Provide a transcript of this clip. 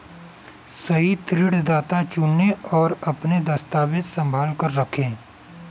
सही ऋणदाता चुनें, और अपने दस्तावेज़ संभाल कर रखें